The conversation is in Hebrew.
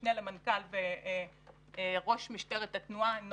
משנה למנכ"ל וראש מחלקת התנועה במשטרה,